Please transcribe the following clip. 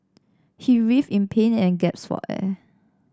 he writhed in pain and gasped for air